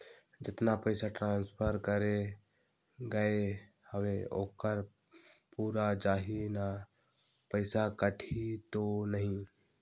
जतना पइसा ट्रांसफर करे गये हवे ओकर पूरा जाही न पइसा कटही तो नहीं?